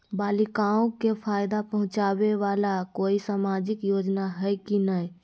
बालिकाओं के फ़ायदा पहुँचाबे वाला कोई सामाजिक योजना हइ की नय?